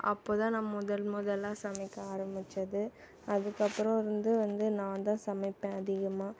அப்போதான் நான் முதல் முதலா சமைக்க ஆரம்பிச்சது அதுக்கப்புறம் இருந்து வந்து நான் தான் சமைப்பேன் அதிகமாக